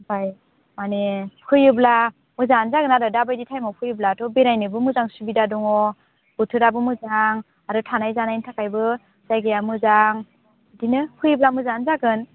ओमफाय माने फैयोब्ला मोजाङानो जागोन आरो दाबायदि टाइमआव फैयोब्लाथ' बेरायनोबो मोजां सुबिदा दङ बोथोराबो मोजां आरो थानाय जानायनि थाखायबो जायगाया मोजां बेदिनो फैयोब्ला मोजाङानो जागोन